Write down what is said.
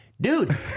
dude